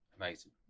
Amazing